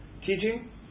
Teaching